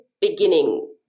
beginning